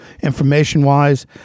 information-wise